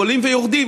עולים ויורדים